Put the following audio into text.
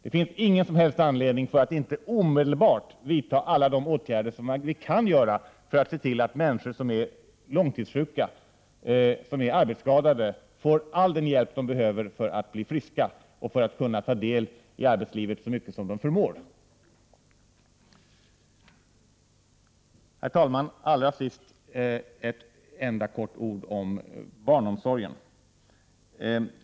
Det finns ingen som helst anledning att inte omedelbart vidta alla de åtgärder som vi kan vidta för att se till att människor som är långtidssjuka, arbetsskadade får all den hjälp de behöver för att bli friska och kunna ta del i arbetslivet så mycket de förmår. Fru talman! Allra sist vill jag säga några ord om barnomsorgen.